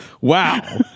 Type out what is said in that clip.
Wow